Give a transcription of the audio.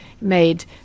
made